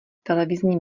televizní